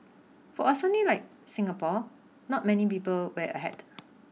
for a sunny like Singapore not many people wear a hat